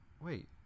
wait